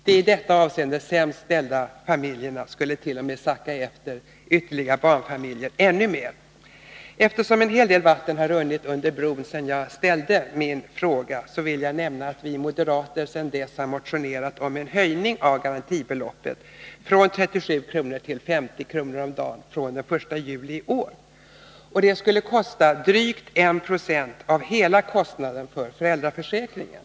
De i detta avseende sämst ställda familjerna skulle t.o.m. sacka efter övriga barnfamiljer ännu mer. Eftersom en hel del vatten har runnit under broarna sedan jag ställde min fråga, vill jag nämna att vi moderater sedan dess har motionerat om en höjning av garantibeloppet från 37 kr. till 50 kr. om dagen från den 1 juli i år. Det skulle kosta drygt 1 90 av hela kostnaden för föräldraförsäkringen.